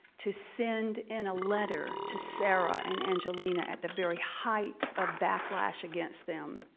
to send in a letter to sarah and angelina at the very heighth of backlash against them.